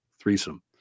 threesome